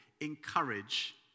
encourage